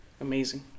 amazing